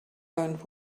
owned